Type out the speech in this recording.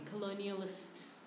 Colonialist